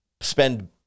spend